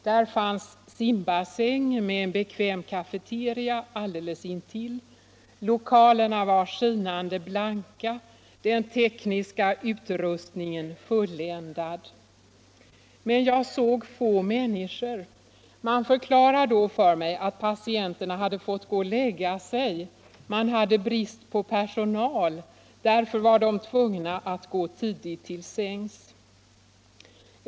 Där fanns simbassäng med en bekväm kafeteria alldeles intill. Lokalerna var skinande blanka, den tekniska utrustningen fullländad. Men jag såg få människor. Man förklarade då för mig att patienterna hade fått gå och lägga sig. Man hade brist på personal. Därför var de tvungna att gå tidigt till sängs.